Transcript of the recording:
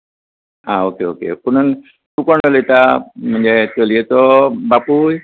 आं okay okay पुणून तूं कोण उलयता म्हणजे चलयेचो बापूय